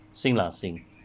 sing lah sing